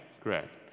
Correct